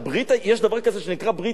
יש דבר כזה שנקרא ברית ישנה.